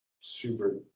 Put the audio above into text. super